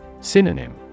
Synonym